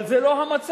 אבל זה לא המצב.